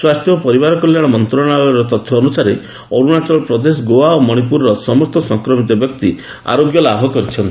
ସ୍ୱାସ୍ଥ୍ୟ ଓ ପରିବାର କଲ୍ୟାଣ ମନ୍ତ୍ରଣାଳୟର ତଥ୍ୟ ଅନ୍ଦସାରେ ଅର୍ଥଶାଚଳ ପ୍ରଦେଶ ଗୋଆ ଓ ମଣିପୁରର ସମସ୍ତ ସଂକ୍ରମିତ ବ୍ୟକ୍ତି ଆରୋଗ୍ୟ ଲାଭ କରିଛନ୍ତି